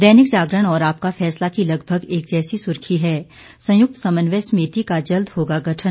दैनिक जागरण और आपका फैसला के लगभग एक जैसी सुर्खी है संयुक्त समन्वय समिति का जल्द होगा गठन